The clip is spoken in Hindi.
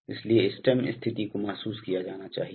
इसलिए स्टेम स्थिति को महसूस किया जाना चाहिए